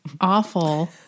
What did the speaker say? awful